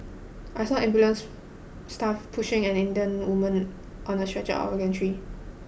I saw ambulance staff pushing an Indian woman on a stretcher out of the gantry